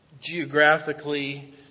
geographically